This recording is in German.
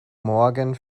morgen